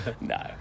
No